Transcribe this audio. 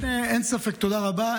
תודה רבה.